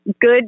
good